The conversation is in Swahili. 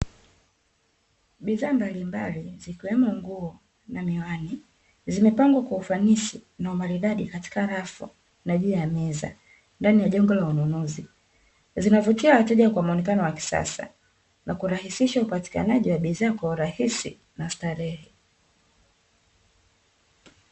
Bidhaa mbalimbali zikiwemo nguo na miwani, zimepangwa kwa ufanisi na umaridadi katika rafu na juu ya meza ndani ya jengo la ununuzi. Zinawavutia wateja kwa muonekano wa kisasa na kurahisisha upatikanaji wa bidhaa kwa urahisi na starehe.